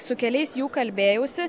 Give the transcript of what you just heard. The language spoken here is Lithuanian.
su keliais jų kalbėjausi